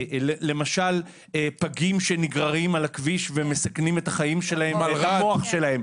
למשל פגים שנגררים על הכביש ומסכנים את החיים שלהם ואת המוח שלהם.